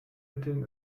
mitteln